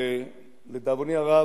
לדאבוני הרב,